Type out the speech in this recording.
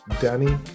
Danny